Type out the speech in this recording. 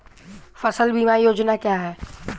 फसल बीमा योजना क्या है?